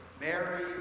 Mary